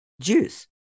juice